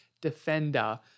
defender